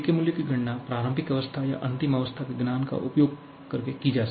C के मूल्य की गणना प्रारंभिक अवस्था या अंतिम स्थिति के ज्ञान का उपयोग करके की जा सकती है